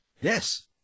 Yes